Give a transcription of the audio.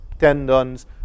tendons